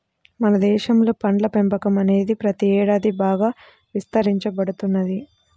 మన దేశంలో పండ్ల పెంపకం అనేది ప్రతి ఏడాది బాగా విస్తరించబడుతున్నది